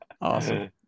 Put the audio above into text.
awesome